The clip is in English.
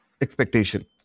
expectation